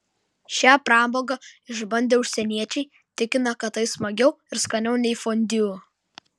šią pramogą išbandę užsieniečiai tikina kad tai smagiau ir skaniau nei fondiu